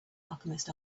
alchemist